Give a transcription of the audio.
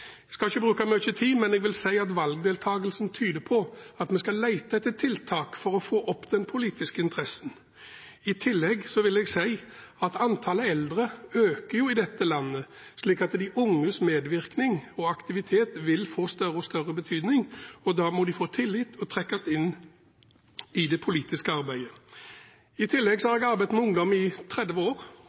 Jeg skal ikke bruke mye tid, men jeg vil si at valgdeltakelsen tyder på at vi skal lete etter tiltak for å få opp den politiske interessen. I tillegg øker antallet eldre i dette landet, slik at de unges medvirkning og aktivitet vil få større og større betydning. Da må de få tillit og trekkes inn i det politiske arbeidet. I tillegg har jeg arbeidet med ungdom i 30 år